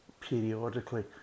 periodically